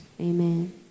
Amen